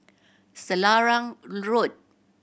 Selarang Road